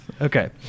Okay